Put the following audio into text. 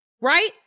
right